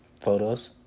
photos